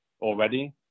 already